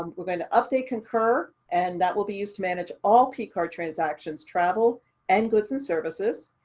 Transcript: um we're going to update concur, and that will be used to manage all pcard transactions travel and goods and services.